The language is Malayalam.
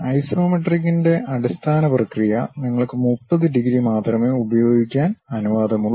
ഐസോമെട്രിക്കിന്റെ അടിസ്ഥാന പ്രക്രിയ നിങ്ങൾക്ക് 30 ഡിഗ്രി മാത്രമേ ഉപയോഗിക്കാൻ അനുവാദമുള്ളൂ